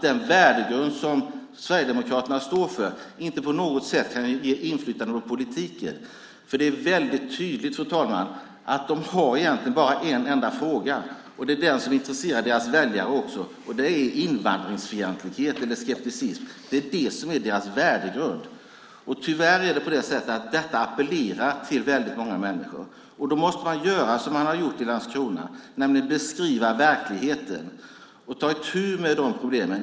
Den värdegrund som Sverigedemokraterna står för får inte på något sätt ge inflytande på politiken. Det är väldigt tydligt, fru talman, att de egentligen bara har en enda fråga - det är också den som intresserar deras väljare - och det är invandringsfientlighet eller skepticism. Det är det som är deras värdegrund. Tyvärr appellerar detta till väldigt många människor. Då måste man göra som man har gjort i Landskrona, nämligen beskriva verkligheten och ta itu med problemen.